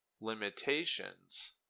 limitations